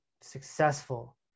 successful